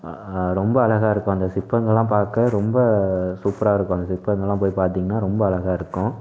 ரொம்ப அழகா இருக்கும் சிற்பங்களெல்லாம் பார்க்க ரொம்ப சூப்பராக இருக்கும் அந்த சிற்பங்களெல்லாம் போய் பார்த்தீங்கன்னா ரொம்ப அழகா இருக்கும்